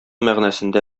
мәгънәсендә